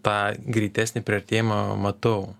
tą greitesnį priartėjimą matau